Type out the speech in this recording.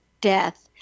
death